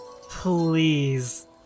please